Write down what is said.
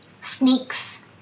Snakes